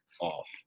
off